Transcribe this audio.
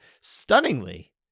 Stunningly